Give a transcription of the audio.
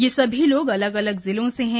यह सभी लोग अलग अलग जिलों से हैं